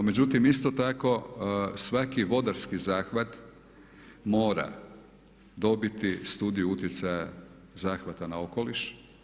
Međutim, isto tako svaki vodarski zahvat mora dobiti studiju utjecaja zahvata na okoliš.